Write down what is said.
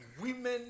women